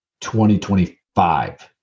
2025